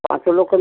पाँच सौ लोग को